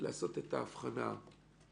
על פי דין,